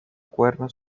cuernos